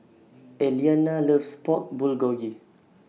Eliana loves Pork Bulgogi